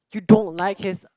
you don't like his